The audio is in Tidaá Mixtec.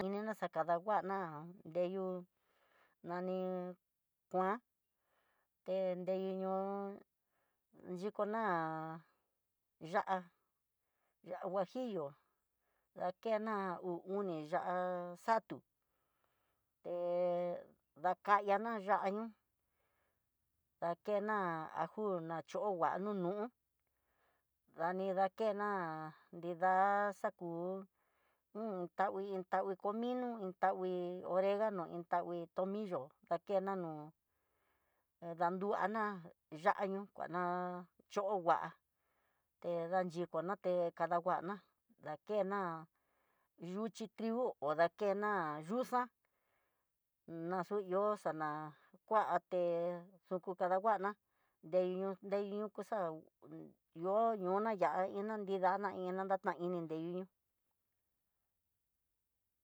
Ininá xakadanguana ndeyú nani kuan té deyú ñoo, yukuná ya'á, ya'á huajillo dakena uu oni ya'á xatu, te dakayana ya'á ña dakena ajuna xhi ongua nunu, dani ndakena nrida xaku hun tangui tangui comino un tangui oregano un tangui tomillo, akeno noó danruana ya'á ño kuana chó nguá té yandikona té, kadanguana dakena yuxhi trigo o dakena yuna na xu ihó xana kuaté xuku kadanguana, deñu deñuyuxa, ihó ñuna ya'á iná nridana iná natanini nreyú ñu.